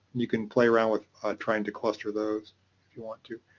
you can play around with trying to cluster those if you want to.